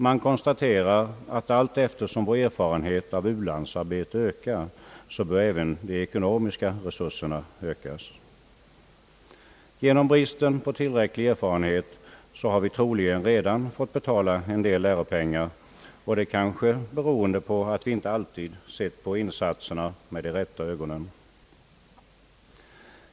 Man konstaterar att allt eftersom vår erfarenhet av u-landsarbetet ökar så bör även de ekonomiska resurserna ökas. Till följd av bristen på tillräcklig erfarenhet har vi troligen redan fått betala en del läropengar, kanske beroende på att vi inte alltid sett på insatserna med de rätta ögonen.